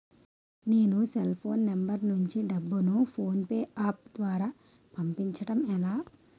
నేను cell phone number నుంచి డబ్బును ను ఫోన్పే అప్ ద్వారా పంపించడం ఎలా?